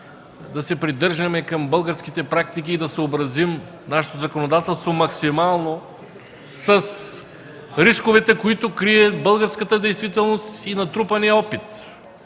да се придържаме към българските практики и да съобразим нашето законодателство максимално с рисковете, които крие българската действителност и натрупаният опит.